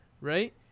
right